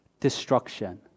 destruction